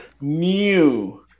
new